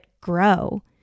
grow